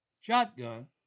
shotgun